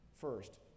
First